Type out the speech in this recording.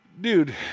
Dude